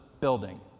building